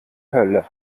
hölle